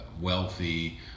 wealthy